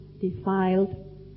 defiled